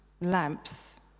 lamps